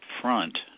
front